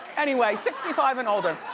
anyway, sixty five and older.